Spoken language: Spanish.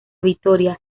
vitoria